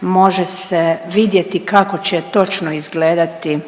može se vidjeti kako će točno izgledati